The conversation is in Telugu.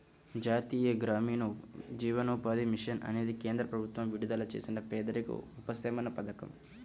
జాతీయ గ్రామీణ జీవనోపాధి మిషన్ అనేది కేంద్ర ప్రభుత్వం విడుదల చేసిన పేదరిక ఉపశమన పథకం